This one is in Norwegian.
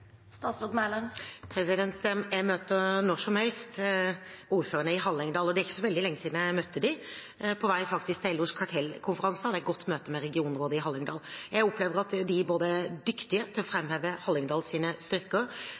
Jeg møter når som helst ordførerne i Hallingdal. Det er ikke så veldig lenge siden jeg møtte dem. På vei til LOs kartellkonferanse hadde jeg et godt møte med regionrådet i Hallingdal. Jeg opplever at de er dyktige til å framheve Hallingdals styrker, har spenstige planer for hvordan de skal profilere Hallingdal